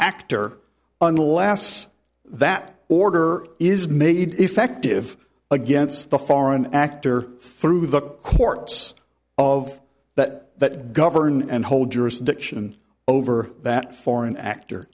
actor unless that order is made effective against the foreign act or through the courts of that that govern and hold jurisdiction over that foreign actor